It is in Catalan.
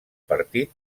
partit